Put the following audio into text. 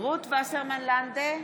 רות וסרמן לנדה,